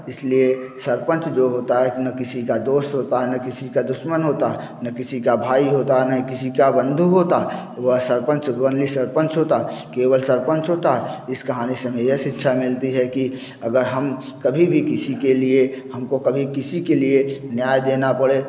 इस लिए सरपंच जो होता है वो ना किसी का दोस्त होता है ना किसी का दुश्मन होता है ना किसी का भाई होता है नाही किसी का बन्धु होता है वह सरपंच ऑनली सरपंच होता है केवल सरपंच होता है इस कहानी से हमें यह शिक्षा मिलती है कि अगर हम कभी भी किसी के लिए हम को कभी किसी के लिए न्याय देना पड़े